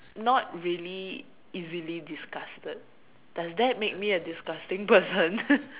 not really easily disgusted does that make me a disgusting person